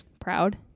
Proud